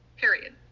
period